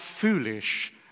foolish